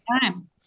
time